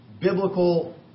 biblical